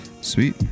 Sweet